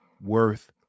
worth